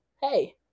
hey